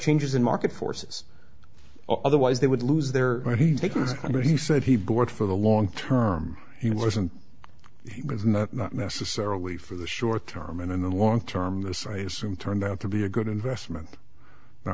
changes in market forces otherwise they would lose their taking i mean he said he bored for the long term he wasn't he was not not necessarily for the short term and in the long term this i assume turned out to be a good investment